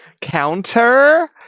Counter